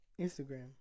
Instagram